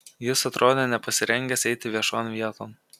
jis atrodė nepasirengęs eiti viešon vieton